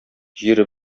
җире